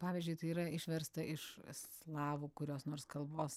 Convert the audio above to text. pavyzdžiui tai yra išversta iš slavų kurios nors kalbos